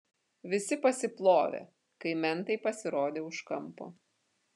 visi pasiplovė kai mentai pasirodė už kampo